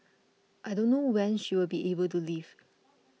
i don't know when she will be able to leave